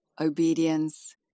obedience